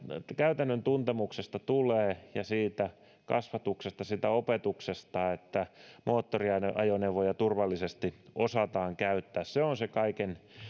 käytännön tuntemuksesta tulee ja siitä kasvatuksesta siitä opetuksesta että moottoriajoneuvoja turvallisesti osataan käyttää se on kaiken